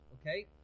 Okay